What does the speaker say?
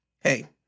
hey